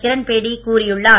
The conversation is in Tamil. கிரண்பேடி கூறியுள்ளார்